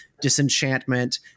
disenchantment